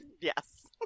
Yes